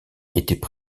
étaient